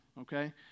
okay